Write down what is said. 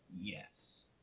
yes